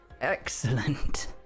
Excellent